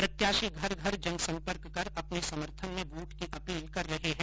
प्रत्याशी घर घर जनसंपर्क कर अपने समर्थन में वोट की अपील कर रहे है